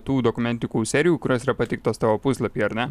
tų dokumentikų serijų kurios yra pateiktos tavo puslapy ar ne